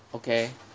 okay